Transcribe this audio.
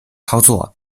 操作